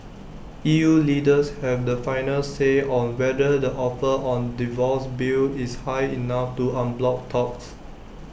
E U leaders have the final say on whether the offer on divorce bill is high enough to unblock talks